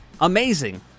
Amazing